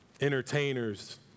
entertainers